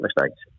mistakes